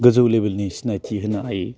गोजौ लेबेलनि सिनायथि होनो हायो